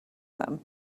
them